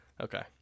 Okay